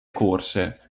corse